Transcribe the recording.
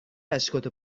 اشکاتو